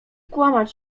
kłamać